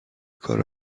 کار